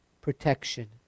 protection